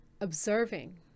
observing